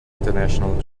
international